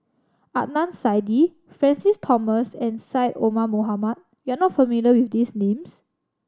Adnan Saidi Francis Thomas and Syed Omar Mohamed you are not familiar with these names